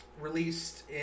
released